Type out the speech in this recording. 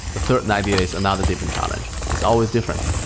the third ninety day is another different challenge. it's always different.